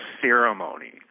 ceremony